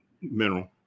mineral